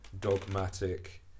dogmatic